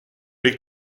les